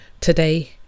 Today